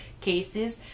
cases